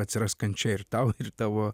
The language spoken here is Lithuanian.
atsiras kančia ir tau ir tavo